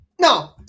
No